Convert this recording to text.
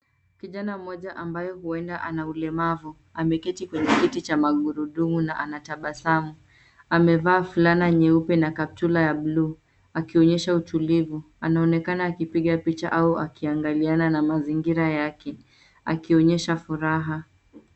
Kijana mmoja ambaye huenda ana ulemavu ameketi kwenye kiti cha magurudumu na anatabasamu. Amevaa fulana nyeupe na kaptura ya buluu, akionyesha utulivu. Anaonekana akipiga picha au akiangaliana na mazingira yake, akionyesha furaha.